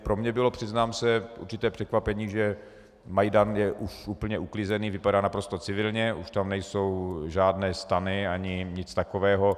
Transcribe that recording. Pro mě bylo, přiznám se, určité překvapení, že Majdan je už úplně uklizený, vypadá naprosto civilně, už tam nejsou žádné stany ani nic takového.